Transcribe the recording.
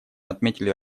отметили